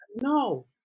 no